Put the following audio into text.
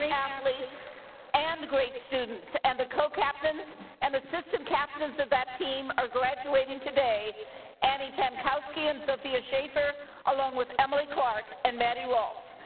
yeah athletes and great students. and the co-captains and assistant captains of that team are graduating today annie pankowski and sophia shaver along with emily clark and maddie rolfes.